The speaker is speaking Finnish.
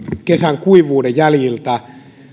kesän kuivuuden jäljiltä